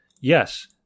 Yes